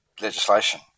legislation